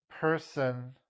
person